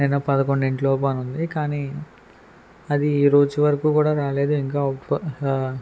నిన్న పదకొండింటిలోపు అనుంది కానీ అది ఈరోజు వరకు కూడా రాలేదు ఇంకా